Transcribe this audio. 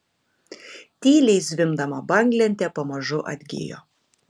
tyliai zvimbdama banglentė pamažu atgijo